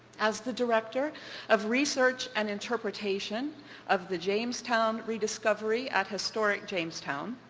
as the director of research and interpretation of the jamestown rediscovery at historic jamestown,